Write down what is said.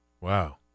Wow